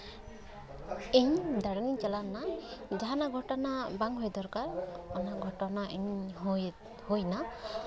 ᱤᱧ ᱫᱟᱬᱟᱱᱤᱧ ᱪᱟᱞᱟᱣ ᱞᱮᱱᱟ ᱡᱟᱦᱟᱱᱟᱜ ᱜᱷᱚᱴᱚᱱᱟ ᱵᱟᱝ ᱦᱩᱭ ᱫᱚᱨᱠᱟᱨ ᱚᱱᱟ ᱜᱷᱚᱴᱚᱱᱟ ᱤᱧ ᱦᱩᱭ ᱦᱩᱭᱱᱟ